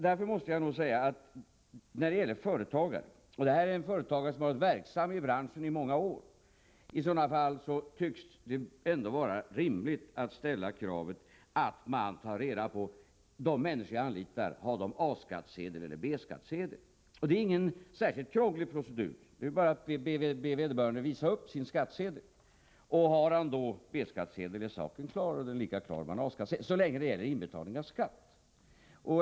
Därför måste jag när det gäller företagare — och här gäller det en företagare som varit verksam i branschen i många år — säga att jag tycker det är ett rimligt krav att man skall ta reda på om de människor som anlitas har A-skattsedel eller B-skattsedel. Det är ingen särskilt krånglig procedur. Det gäller bara att be vederbörande att visa upp sin skattesedel. Har han då B-skattsedel är saken klar, och den är lika klar om han har A-skattsedel — så länge det gäller inbetalning av skatt.